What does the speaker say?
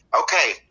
Okay